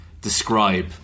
describe